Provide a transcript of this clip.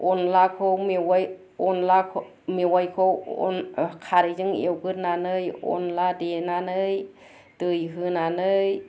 अनलाखौ मेवाइ अनलाखौ मेवायखौ अन खारैजों एउगोरनानै अनला देगोरनानै दै होनानै